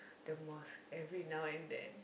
the mosque every now and then